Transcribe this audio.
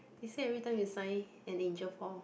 they said everytime you sign an injure form